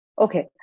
Okay